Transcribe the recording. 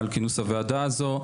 על כינוס הוועדה הזו.